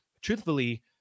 Truthfully